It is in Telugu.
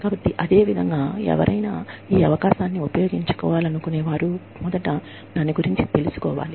కాబట్టి అదేవిధంగా ఎవరైనా ఈ అవకాశాన్ని ఉపయోగించాలనుకునే వారు మొదట దాని గురించి తెలుసుకోవాలి